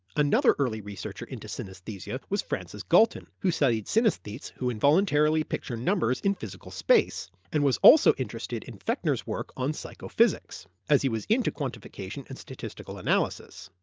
another early researcher into synesthesia was francis galton, who studied synesthetes who involuntarily picture numbers in physical space, and was also interested in fechner's work on psychophysics, as he was also into quantification and statistical analysis.